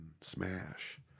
smash